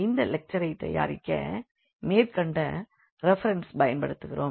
இந்த லெக்சரைத் தயாரிக்க மேற்கண்ட ரெபரன்ஸை பயன் படுத்துகிறோம்